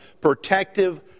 protective